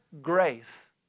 grace